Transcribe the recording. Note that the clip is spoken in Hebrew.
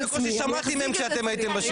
בקושי שמעתי מהם כשאתם הייתם בשלטון,